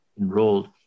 enrolled